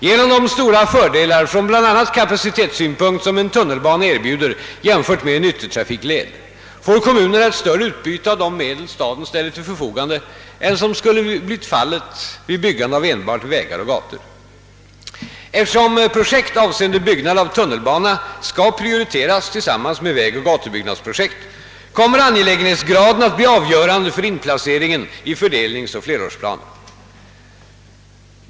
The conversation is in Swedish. Genom de stora fördelar från bl.a. kapacitetssynpunkt som en tunnelbana erbjuder jämfört med en yttrafikled får kommunerna ett större utbyte av de medel staten ställer till förfogande än som skulle blivit fallet vid byggande av enbart vägar och gator. Eftersom projekt avseende byggande av tunnelbana skall prioriteras tillsammans med vägoch gatubyggnadsprojekt kommer angelägenhetsgraden att bli avgörande för inplaceringen i fördelningsoch flerårsplaner.